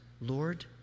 Lord